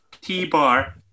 T-Bar